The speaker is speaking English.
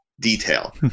detail